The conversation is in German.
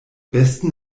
besten